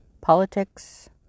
politics